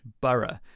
borough